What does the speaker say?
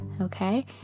Okay